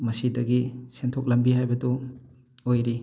ꯃꯁꯤꯗꯒꯤ ꯁꯦꯟꯊꯣꯛ ꯂꯝꯕꯤ ꯍꯥꯏꯕꯗꯨ ꯑꯣꯏꯔꯤ